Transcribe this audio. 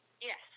Yes